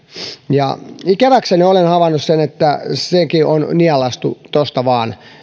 ikäväkseni olen havainnut sen että sekin on nielaistu tuosta vain